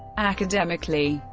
academically,